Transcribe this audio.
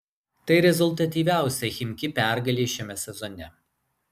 tai rezultatyviausia chimki pergalė šiame sezone